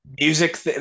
Music